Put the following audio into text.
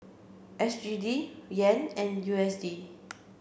S G D Yen and U S D